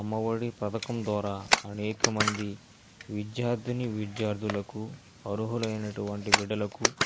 అమ్మ ఒడి పథకం ద్వారా అనేకమంది విద్యార్థిని విద్యార్థులకు అర్హులు అయినటువంటి బిడ్డలకు